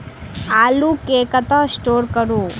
आलु केँ कतह स्टोर करू?